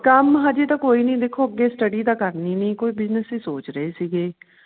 ਕੰਮ ਹਜੇ ਤਾਂ ਕੋਈ ਨਹੀਂ ਦੇਖੋ ਅੱਗੇ ਸਟੱਡੀ ਤਾਂ ਕਰਨੀ ਨਹੀਂ ਕੋਈ ਬਿਜਨਸ ਹੀ ਸੋਚ ਰਹੇ ਸੀਗੇ